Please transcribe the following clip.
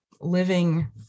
living